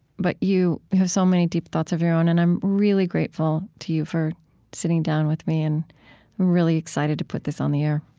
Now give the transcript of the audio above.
but you have so many deep thoughts of your own, and i'm really grateful to you for sitting down with me, and i'm really excited to put this on the air